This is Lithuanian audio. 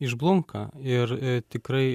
išblunka ir tikrai